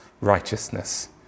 righteousness